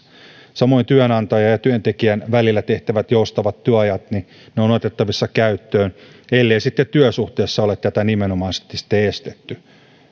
samoin työnantajan ja työntekijän välillä tehtävät joustavat työajat ovat otettavissa käyttöön ellei sitten työsuhteessa ole tätä nimenomaisesti estetty